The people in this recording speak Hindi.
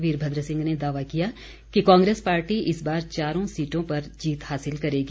वीरभद्र सिंह ने दावा किया कि कांग्रेस पार्टी इस बार चारों सीटों पर जीत हासिल करेगी